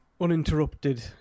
uninterrupted